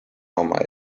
oma